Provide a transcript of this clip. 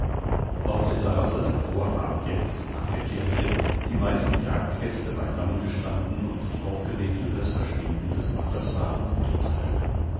auf der terrasse davor haben jetzt nach der kirche die meisten jagdgäste beisammengestanden und sich aufgeregt über das verschwinden des paters faramund unterhalten